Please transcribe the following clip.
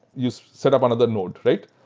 you set up another node, right?